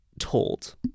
told